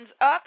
up